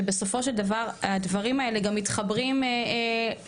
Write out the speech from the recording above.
שבסופו של דבר הדברים האלה גם מתחברים להסכמים